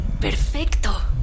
Perfecto